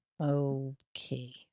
Okay